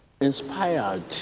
inspired